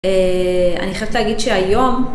אני חייבת להגיד שהיום